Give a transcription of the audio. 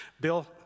Bill